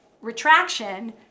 retraction